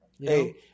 Hey